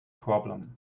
problem